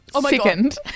Second